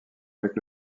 avec